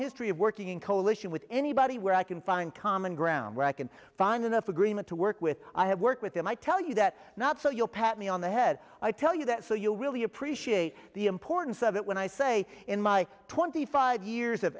history of working in coalition with anybody where i can find common ground where i can find enough agreement to work with i have work with them i tell you that not so your pattni on the head i tell you that so you really appreciate the importance of it when i say in my twenty five years of